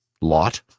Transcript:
lot